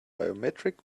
biometric